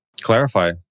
clarify